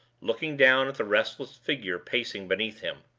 looking down at the restless figure pacing beneath him.